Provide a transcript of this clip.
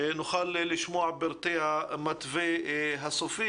אני מקווה נוכל לשמוע את פרטי המתווה הסופי.